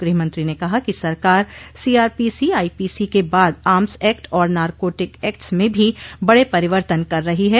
ग्रहमंत्री ने कहा कि सरकार सीआरपीसी आईपीसी के बाद आर्म्स एक्ट और नारकोटिक एक्ट्स में भी बड़े परिवर्तन क रही है